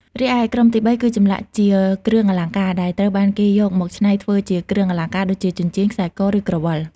រីឯ ក្រុមទីបីគឺចម្លាក់ជាគ្រឿងអលង្ការ ដែលត្រូវបានគេយកមកច្នៃធ្វើជាគ្រឿងអលង្ការដូចជា ចិញ្ចៀន ខ្សែក ឬក្រវិល។